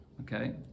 Okay